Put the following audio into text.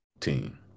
team